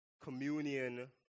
communion